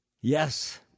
Yes